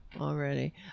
already